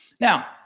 Now